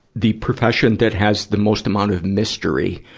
the profession that has the most amount of mystery